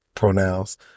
pronouns